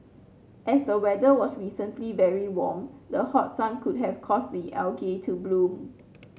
as the weather was recently very warm the hot sun could have caused the algae to bloom